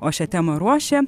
o šią temą ruošė